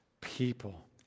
people